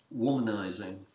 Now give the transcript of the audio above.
womanizing